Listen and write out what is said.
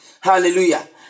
Hallelujah